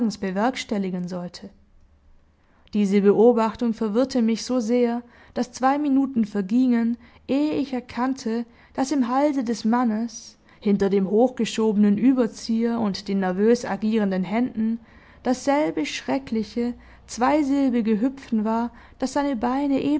bewerkstelligen sollte diese beobachtung verwirrte mich so sehr daß zwei minuten vergingen ehe ich erkannte daß im halse des mannes hinter dem hochgeschobenen überzieher und den nervös agierenden händen dasselbe schreckliche zweisilbige hüpfen war das seine beine